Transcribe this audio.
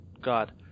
God